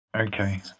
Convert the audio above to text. Okay